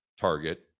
Target